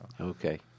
Okay